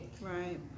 Right